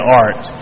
art